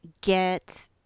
get